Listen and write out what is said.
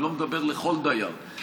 אני לא מדבר לכל דייר.